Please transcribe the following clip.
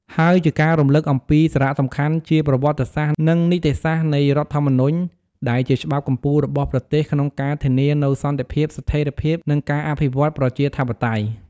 ហើយជាការរំលឹកអំពីសារៈសំខាន់ជាប្រវត្តិសាស្ត្រ និងនីតិសាស្ត្រនៃរដ្ឋធម្មនុញ្ញ ដែលជាច្បាប់កំពូលរបស់ប្រទេសក្នុងការធានានូវសន្តិភាព ស្ថេរភាព និងការអភិវឌ្ឍប្រជាធិបតេយ្យ។